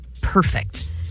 perfect